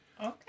Okay